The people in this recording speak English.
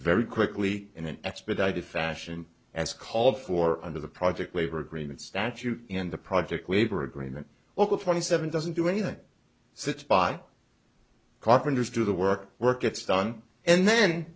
very quickly in an expedited fashion as called for under the project labor agreement statute in the project labor agreement over twenty seven doesn't do anything such by carpenters do the work work gets done and then